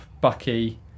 Bucky